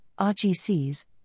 RGCs